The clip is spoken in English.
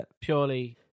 Purely